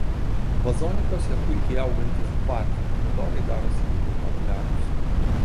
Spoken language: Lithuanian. vazonikuose puikiai augantys dvarf pomidorai darosi itin populiarūs